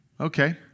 Okay